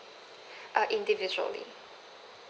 uh individually